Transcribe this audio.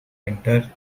enter